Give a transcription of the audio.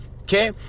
okay